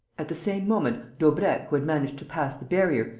at the same moment, daubrecq, who had managed to pass the barrier,